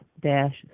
dash